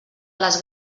les